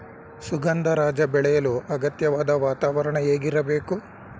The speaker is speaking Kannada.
ಸುಗಂಧರಾಜ ಬೆಳೆಯಲು ಅಗತ್ಯವಾದ ವಾತಾವರಣ ಹೇಗಿರಬೇಕು?